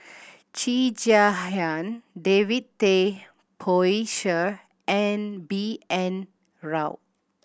Cheo Chai Hiang David Tay Poey Cher and B N Rao